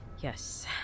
Yes